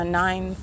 nine